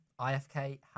IFK